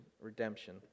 redemption